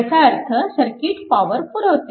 ह्याचा अर्थ circuit power पुरवते